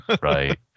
Right